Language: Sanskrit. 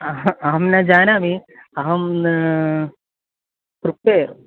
अहम् अहं न जानामि अहं कृपया